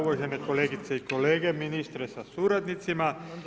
Uvažene kolegice i kolege, ministre sa suradnicima.